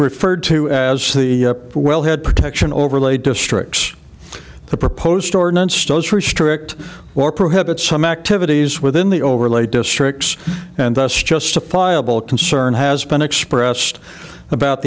referred to as the wellhead protection overlay districts the proposed ordinance stows restrict or prohibit some activities within the overlay districts and thus justifiable concern has been expressed about